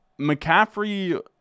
McCaffrey